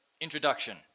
introduction